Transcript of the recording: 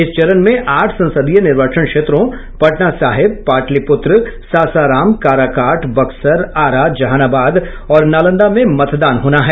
इस चरण में आठ संसदीय निर्वाचन क्षेत्रों पटना साहिब पाटलिपुत्र सासाराम काराकाट बक्सर आरा जहानाबाद और नालंदा में मतदान होना है